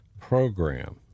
program